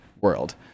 world